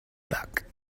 back